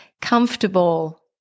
comfortable